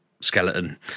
skeleton